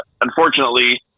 unfortunately